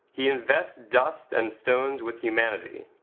he invests dust and stones with humanity,